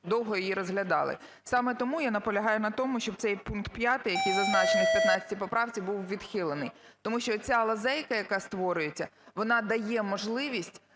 довго її розглядали. Саме тому я наполягаю на тому, щоб цей пункт 5, який зазначений в 15 поправці, був відхилений. Тому що ця лазейка, яка створюється, вона дає можливість